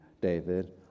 david